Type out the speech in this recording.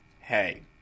Hey